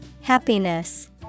happiness